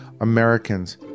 Americans